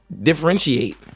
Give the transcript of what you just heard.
Differentiate